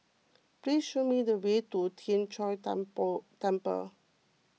please show me the way to Tien Chor Temple Temple